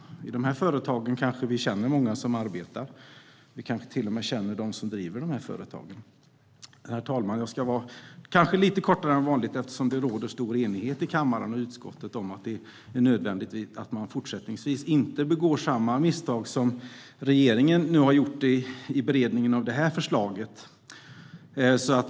Vi känner nog många som arbetar i de företagen. Vi kanske till och med känner dem som driver företagen. Herr talman! Jag ska hålla det lite kortare än vanligt eftersom det råder stor enighet i kammaren och i utskottet om att det är nödvändigt att regeringen fortsättningsvis inte begår samma misstag som vid beredningen av det här förslaget.